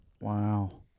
wow